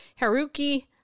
Haruki